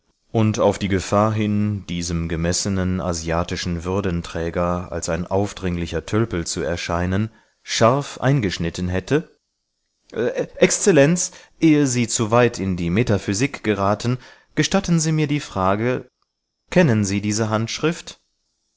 und auf die gefahr hin diesem gemessenen asiatischen würdenträger als ein aufdringlicher tölpel zu erscheinen scharf eingeschnitten hätte exzellenz ehe sie zu weit in die metaphysik geraten gestatten sie mir die frage kennen sie diese handschrift